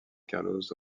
carlos